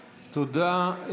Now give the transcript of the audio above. תודה.